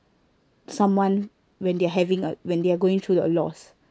someone when they're having a when they're going through a loss